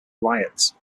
riots